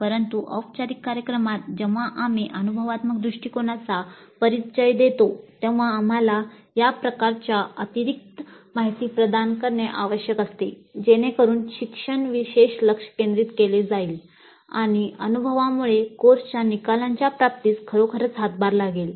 परंतु औपचारिक कार्यक्रमात जेव्हा आम्ही अनुभवात्मक दृष्टिकोनाचा परिचय देतो तेव्हा आम्हाला या प्रकारच्या अतिरिक्त माहिती प्रदान करणे आवश्यक असते जेणेकरून शिक्षण विशेष लक्ष केंद्रित केले जाईल आणि अनुभवामुळे कोर्सच्या निकालांच्या प्राप्तीस खरोखरच हातभार लागेल